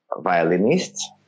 violinists